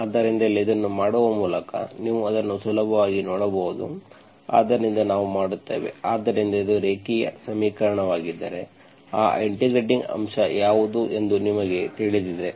ಆದ್ದರಿಂದ ಇಲ್ಲಿ ಇದನ್ನು ಮಾಡುವ ಮೂಲಕ ನೀವು ಅದನ್ನು ಸುಲಭವಾಗಿ ನೋಡಬಹುದು ಆದ್ದರಿಂದ ನಾವು ಮಾಡುತ್ತೇವೆ ಆದ್ದರಿಂದ ಇದು ರೇಖೀಯ ಸಮೀಕರಣವಾಗಿದ್ದರೆ ಆ ಇಂಟಿಗ್ರೇಟಿಂಗ್ ಅಂಶ ಯಾವುದು ಎಂದು ನಿಮಗೆ ತಿಳಿದಿದೆ